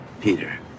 Peter